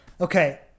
Okay